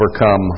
overcome